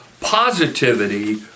Positivity